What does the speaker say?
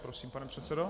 Prosím, pane předsedo.